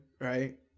right